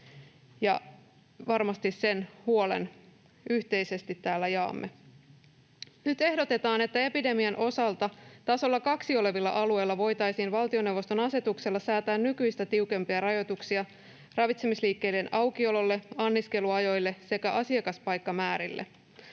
varmasti sen huolen yhteisesti täällä jaamme. Nyt ehdotetaan, että epidemian osalta tasolla 2 olevilla alueilla voitaisiin valtioneuvoston asetuksella säätää nykyistä tiukempia rajoituksia ravitsemisliikkeiden aukiololle, anniskeluajoille sekä asiakaspaikkamäärille.